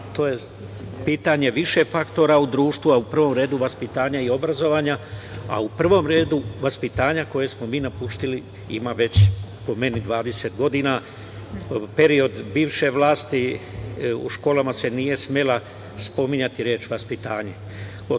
To je pitanje više faktora u društvu, a u prvom redu vaspitanja i obrazovanja, a u prvom redu vaspitanja koje smo mi napustili ima već, po meni, 20 godina. Period bivše vlasti, u školama se nije smela spominjati reč vaspitanje.